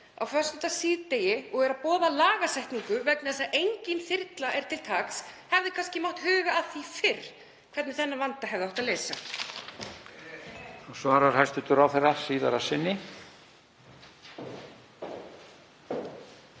á föstudagssíðdegi og er að boða lagasetningu vegna þess að engin þyrla er til taks hefði kannski mátt huga að því fyrr hvernig þennan vanda hefði átt að leysa. (Gripið fram í: Heyr, heyr.